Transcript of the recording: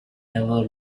never